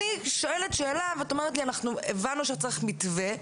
אני שואלת שאלה, ואת אומרת: הבנו שצריך מתווה.